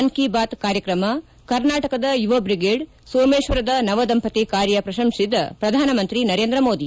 ಮನ್ ಕಿ ಬಾತ್ ಕಾರ್ಯಕ್ರಮ ಕರ್ನಾಟಕದ ಯುವ ಬ್ರಿಗೇಡ್ ಸೋಮೇಶ್ವರದ ನವದಂಪತಿ ಕಾರ್ಯ ಪ್ರಶಂಸಿಸಿದ ಪ್ರಧಾನಮಂತ್ರಿ ನರೇಂದ್ರ ಮೋದಿ